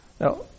Now